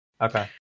Okay